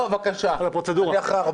בבקשה, אדוני חבר הכנסת שטרן.